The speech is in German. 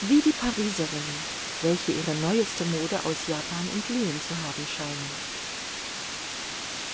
wie die pariserinnen welche ihre neueste mode aus japan entliehen zu haben scheinen